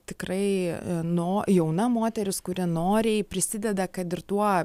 tikrai nu jauna moteris kuri noriai prisideda kad ir tuo